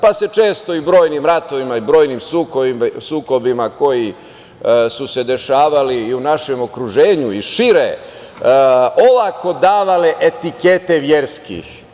Pa, su se često i brojnim ratovima i brojnim sukobima koji su se dešavali i u našem okruženju i šire olako davale etikete verskih.